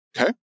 Okay